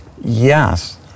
yes